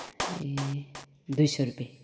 ए दुई सय रुपियाँ